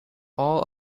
all